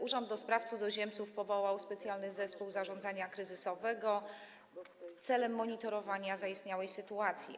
Urząd do Spraw Cudzoziemców powołał specjalny zespół zarządzania kryzysowego celem monitorowania zaistniałej sytuacji.